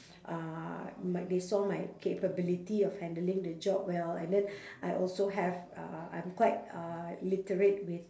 uh like they saw my capability of handling the job well and then I also have uh I'm quite uh literate with